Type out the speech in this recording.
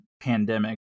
pandemic